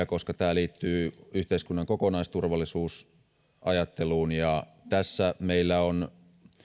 koska tämä liittyy yhteiskunnan kokonaisturvallisuusajatteluun tässä meillä on